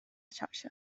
xarxa